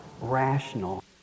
rational